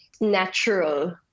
natural